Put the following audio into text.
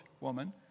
woman